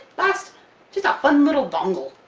last just a fun little dongle.